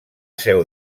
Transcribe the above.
seu